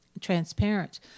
transparent